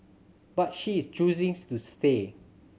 but she is choosing to stay